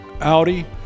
Audi